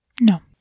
No